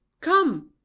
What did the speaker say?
come